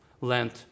land